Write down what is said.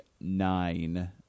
nine